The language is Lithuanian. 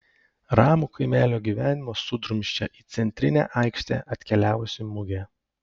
ramų kaimelio gyvenimą sudrumsčia į centrinę aikštę atkeliavusi mugė